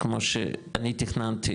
כמו שאני תכננתי,